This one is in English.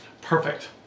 perfect